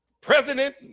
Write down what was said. president